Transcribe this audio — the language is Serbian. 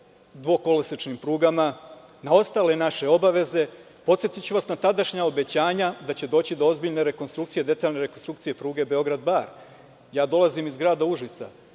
dvokolosečnim prugama, na ostale naše obaveze. Podsetiću vas na tadašnja obećanja da će doći do ozbiljne rekonstrukcije, detaljne rekonstrukcije pruge Beograd – Bar. Dolazim iz grada Užica,